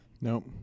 Nope